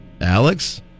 Alex